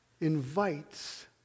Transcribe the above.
invites